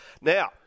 Now